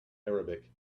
arabic